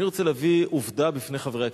אני רוצה להביא עובדה בפני חברי הכנסת: